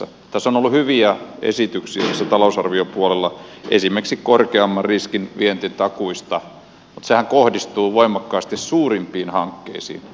tässä on ollut hyviä esityksiä tässä talousarviopuolella esimerkiksi korkeamman riskin vientitakuista mutta sehän kohdistuu voimakkaasti suurimpiin hankkeisiin